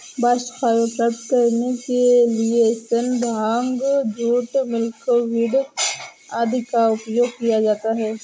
bast fibre प्राप्त करने के लिए सन, भांग, जूट, मिल्कवीड आदि का उपयोग किया जाता है